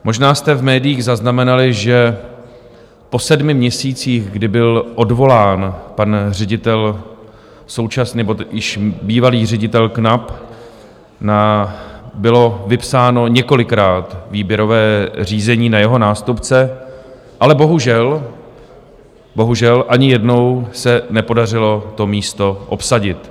Možná jste v médiích zaznamenali, že po sedmi měsících, kdy byl odvolán pan ředitel nebo již bývalý ředitel Knap, bylo vypsáno několikrát výběrové řízení na jeho nástupce, ale bohužel, bohužel ani jednou se nepodařilo to místo obsadit.